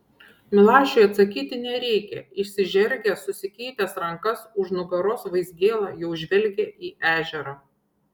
milašiui atsakyti nereikia išsižergęs susikeitęs rankas už nugaros vaizgėla jau žvelgia į ežerą